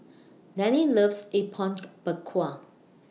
Dianne loves Apom Berkuah